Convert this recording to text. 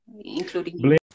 including